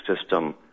system